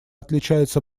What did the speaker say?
отличается